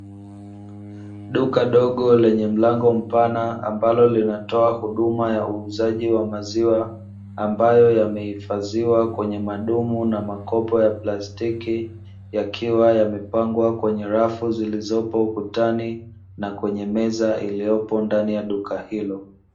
Duka dogo lenye mlango mpana ambalo linatoa huduma ya uuzaji wa maziwa ambayo yamehifadhiwa kwenye madumu na makopo ya plastiki, yakiwa yamepangwa kwenye rafu zilizopo ukutani na kwenye meza iliyopo ndani ya duka hilo.